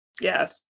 Yes